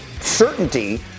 certainty